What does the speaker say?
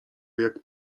jak